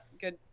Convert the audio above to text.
Good